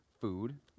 food